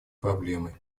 проблемы